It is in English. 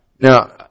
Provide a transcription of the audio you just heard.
Now